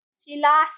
sila